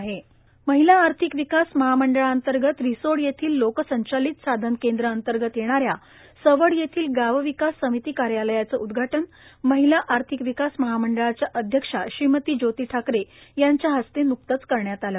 गाव विकास समिती महिला आर्थिक विकास महामंडळाअंतर्गत रिसोड येथील लोकसंचालित साधन केंद्र अंतर्गत येणाऱ्या सवड येथील गाव विकास समिती कार्यालयाचे उद्घाटन महिला आर्थिक विकास महामंडळाच्या अध्यक्ष ज्योती ठाकरे यांच्या हस्ते न्कतेच करण्यात आले